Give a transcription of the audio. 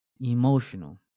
emotional